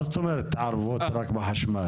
מה זאת אומרת התערבות רק בחשמל?